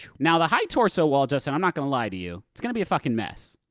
now, the high torso wall, justin, i'm not gonna lie to you, it's gonna be a fucking mess.